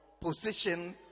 position